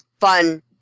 fun